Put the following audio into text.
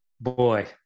boy